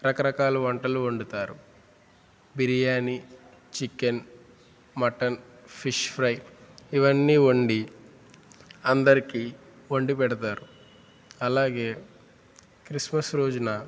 రకరకాల వంటలు వండుతారు biryani chicken mutton fish fry ఇవన్నీ వండి అందరికి వండిపెడతారు అలాగే క్రిస్మస్ రోజున